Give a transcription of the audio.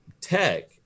tech